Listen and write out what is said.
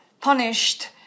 punished